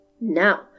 now